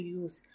use